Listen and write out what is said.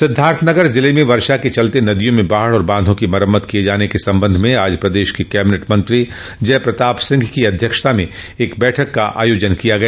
सिद्धार्थनगर जिले में वर्षा के चलते नदियों में बाढ़ और बांधों की मरम्मत किये जाने के संबंध में आज प्रदेश के कैबिनेट मंत्री जय प्रताप सिंह की अध्यक्षता में एक बैठक का आयोजन किया गया